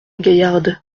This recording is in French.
gaillarde